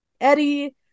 eddie